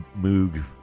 Moog